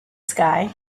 sky